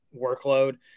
workload